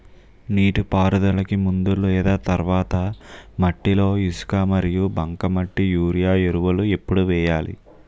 నీటిపారుదలకి ముందు లేదా తర్వాత మట్టిలో ఇసుక మరియు బంకమట్టి యూరియా ఎరువులు ఎప్పుడు వేయాలి?